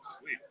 Sweet